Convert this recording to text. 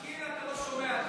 כרגיל אתה לא שומע טוב.